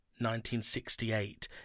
1968